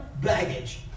baggage